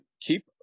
keep